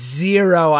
zero